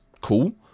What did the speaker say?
cool